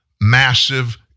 massive